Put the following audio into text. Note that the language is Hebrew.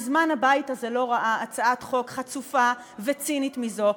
מזמן הבית הזה לא ראה הצעת חוק חצופה וצינית מזו.